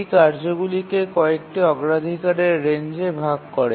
এটি কার্যগুলিকে কয়েকটি অগ্রাধিকারের রেঞ্জে ভাগ করে